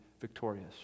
victorious